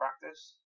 practice